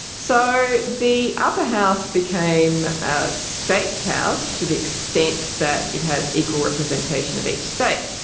so the upper house became a states' house to the extent that it has equal representation of each state.